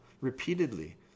repeatedly